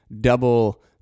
double